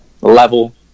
level